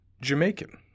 Jamaican